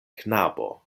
knabo